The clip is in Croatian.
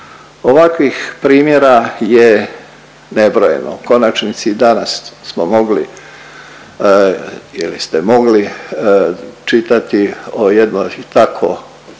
Ovakvih primjera je nebrojeno u konačnici i danas smo mogli ili ste mogli čitati o jednoj tako